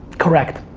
correct.